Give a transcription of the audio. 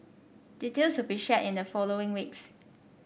details will be shared in the following weeks